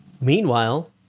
Meanwhile